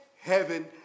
heaven